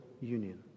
union